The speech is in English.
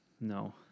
No